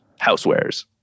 housewares